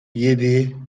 yedi